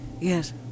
yes